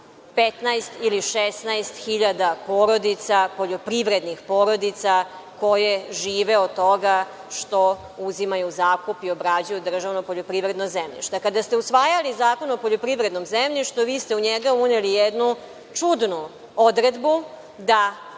15 ili 16.000 porodica, poljoprivrednih porodica koje žive od toga što uzimaju zakup i obrađuju državno poljoprivredno zemljište. Kada ste usvajali Zakon o poljoprivrednom zemljištu vi ste u njega uneli jednu čudnu odredbu da